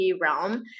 realm